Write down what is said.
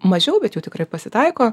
mažiau bet jų tikrai pasitaiko